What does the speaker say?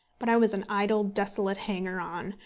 but i was an idle, desolate hanger-on,